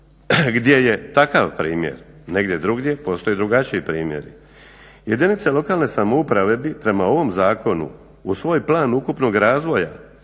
gdje je takav primjer negdje drugdje postoji drugačiji primjer. Jedinice lokalne samouprave bi prema ovom zakonu u svoj plan ukupnog razvoja